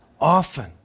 Often